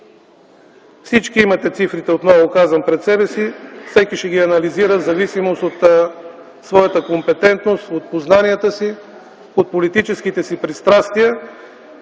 Всички имате цифрите пред себе си, всеки ще ги анализира в зависимост от своята компетентност, от познанията си, от политическите си пристрастия,